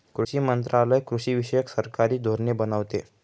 कृषी मंत्रालय कृषीविषयक सरकारी धोरणे बनवते